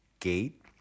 gate